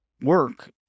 work